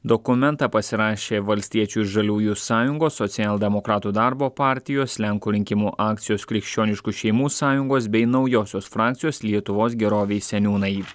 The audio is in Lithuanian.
dokumentą pasirašė valstiečių ir žaliųjų sąjungos socialdemokratų darbo partijos lenkų rinkimų akcijos krikščioniškų šeimų sąjungos bei naujosios frakcijos lietuvos gerovei seniūnai